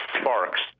Sparks